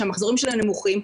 שהמחזורים שלהם נמוכים,